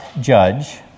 judge